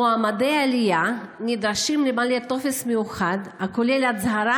מועמדי עלייה נדרשים למלא טופס מיוחד הכולל הצהרה